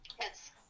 Yes